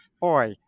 boy